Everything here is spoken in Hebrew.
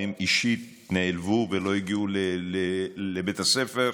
והם אישית נעלבו ולא הגיעו לבית הספר,